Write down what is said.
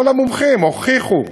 כל המומחים הוכיחו,